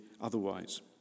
otherwise